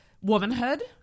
womanhood